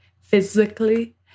physically